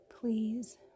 please